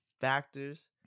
factors